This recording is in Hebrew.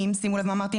שימו לב מה אמרתי,